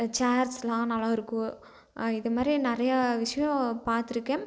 சேர்ஸ்லாம் நல்லாயிருக்கும் இதுமாதிரி நிறையா விஷயோம் பாத்திருக்கேன்